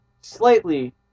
slightly